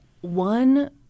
One